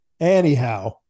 Anyhow